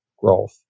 growth